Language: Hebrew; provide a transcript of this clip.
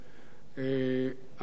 אדוני השר,